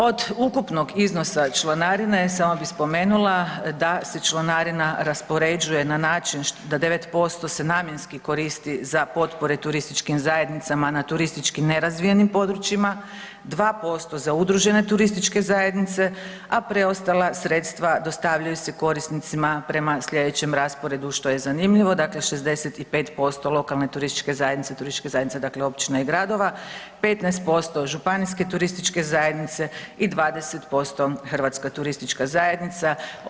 Od ukupnog iznosa članarine, samo bih spomenula da se članarina raspoređuje na način da 9% se namjenski koristi za potpore turističkim zajednicama na turistički nerazvijenim područjima, 2% za udružene turističke zajednice, a preostala sredstva dostavljaju se korisnicima prema sljedećem rasporedu što je zanimljivo, dakle 65% lokalne turističke zajednice, turističke zajednice općina i gradova, 15% županijske turističke zajednice i 20% Hrvatska turistička zajednica.